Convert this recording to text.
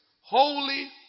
holy